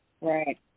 Right